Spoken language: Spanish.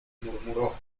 murmuró